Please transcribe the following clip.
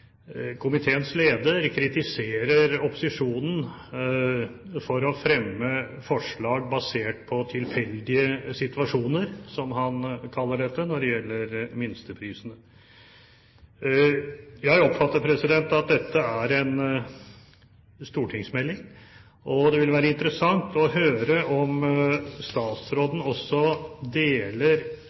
Komiteens leder kritiserer opposisjonen for å fremme forslag basert på tilfeldige situasjoner, som han kaller dette når det gjelder minsteprisen. Jeg oppfatter at dette er en stortingsmelding. Det vil være interessant å høre om statsråden deler